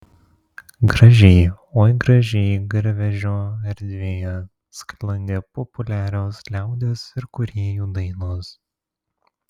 gražiai oi gražiai garvežio erdvėje sklandė populiarios liaudies ir kūrėjų dainos